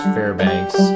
Fairbanks